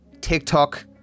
TikTok